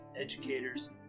educators